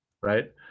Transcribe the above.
right